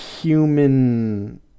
human